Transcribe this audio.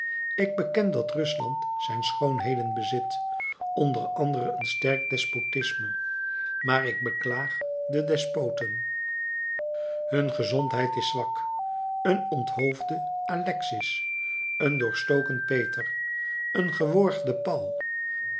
ik beken dat rusland zijn schoonheden bezit onder andere een sterk despotisme maar ik beklaagde despoten hun gezondheid is zwak een onthoofde alexis een doorstoken peter een geworgde